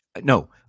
no